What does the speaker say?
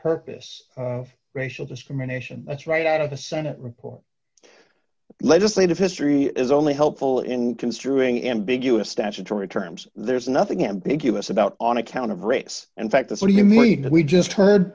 purpose of racial discrimination that's right out of the senate report legislative history is only helpful in construing ambiguous statutory terms there's nothing ambiguous about on account of race and fact that's what i mean we just heard